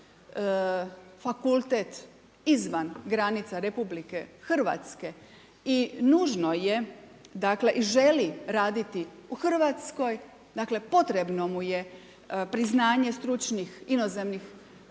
fakultet izvan granica Republike Hrvatske i nužno je dakle i želi raditi u Hrvatskoj dakle potrebno mu je priznanje stručnih inozemnih